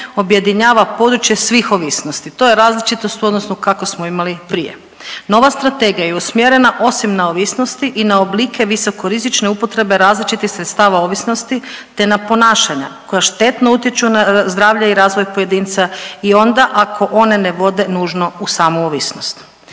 objedinjava područje svih ovisnosti. To je različitost u odnosu kako smo imali prije. Nova Strategija je usmjerena osim na ovisnosti i na oblike visoko rizične upotrebe različitih sredstava ovisnosti, te na ponašanja koja štetno utječu na zdravlje i razvoj pojedinca i onda ako one ne vode nužno u samu ovisnost.